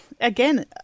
again